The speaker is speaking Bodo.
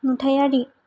नुथायारि